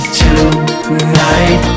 tonight